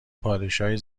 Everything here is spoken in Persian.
پادشاهی